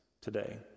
today